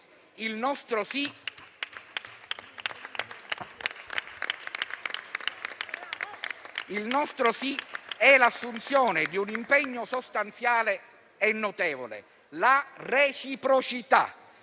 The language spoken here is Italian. Il nostro sì è l'assunzione di un impegno sostanziale e notevole: la reciprocità.